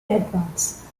advance